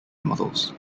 models